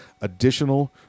additional